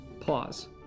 Pause